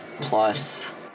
plus